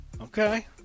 Okay